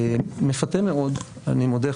מפתה מאוד אני מודה,